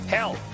Hell